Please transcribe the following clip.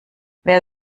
wer